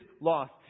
lost